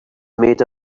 made